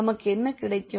நமக்கு என்ன கிடைக்கும்